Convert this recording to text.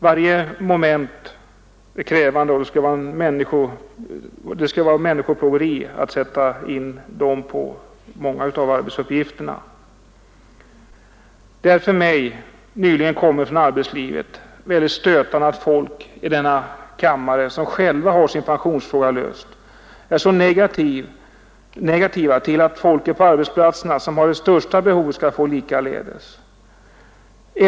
Varje moment är krävande och det skulle vara människoplågeri att sätta in dem på många av arbetsuppgifterna. Det är för mig, nyligen kommen från arbetslivet, väldigt stötande att folk i denna kammare, som själva har sin pensionsfråga löst, är så negativa till att de människor på arbetsplatserna som har det största behovet skall få samma förmån.